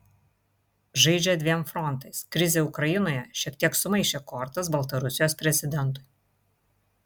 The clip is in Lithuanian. žaidžia dviem frontais krizė ukrainoje šiek tiek sumaišė kortas baltarusijos prezidentui